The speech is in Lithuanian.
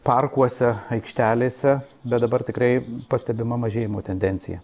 parkuose aikštelėse bet dabar tikrai pastebima mažėjimo tendencija